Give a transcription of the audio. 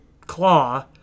claw